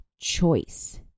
choice